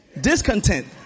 Discontent